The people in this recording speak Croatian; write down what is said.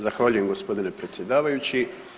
Zahvaljujem g. predsjedavajući.